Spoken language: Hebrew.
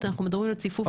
הקריטריונים לשער הכניסה,